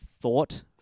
thought